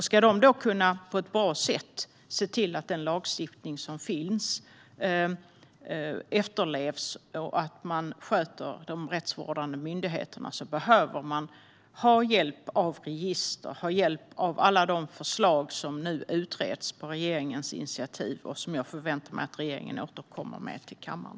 Ska de då på ett bra sätt kunna se till att den lagstiftning som finns efterlevs och att det fungerar med de rättsvårdande myndigheterna behöver man ha hjälp av register och alla de andra förslag som nu utreds på regeringens initiativ och som jag förväntar mig att regeringen återkommer med till kammaren.